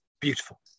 Beautiful